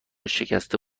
شکسته